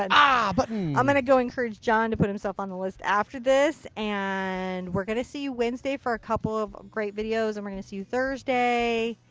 and ah button! i'm going to go encourage john to put himself on the list after this. and we're going to see you wednesday for a couple of great videos. and we're going to see you thursday.